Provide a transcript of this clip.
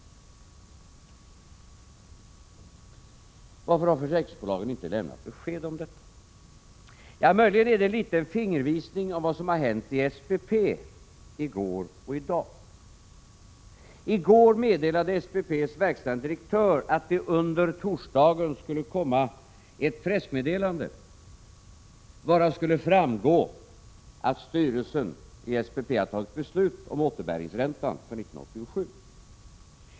Varför har försäkringsbolagen inte lämnat besked om detta? Möjligen får man en fingervisning om orsaken genom vad som har hänt i SPP går och i dag. I går meddelade SPP:s verkställande direktör att det under torsdagen skulle komma ett pressmeddelande, varav skulle framgå att styrelsen i SPP hade fattat beslut om återbäringsräntan för 1987.